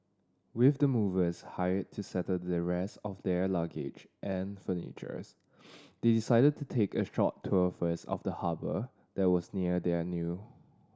with the movers hired to settle the rest of their luggage and furniture's they decided to take a short tour first of the harbour that was near their new